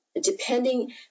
depending